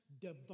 divine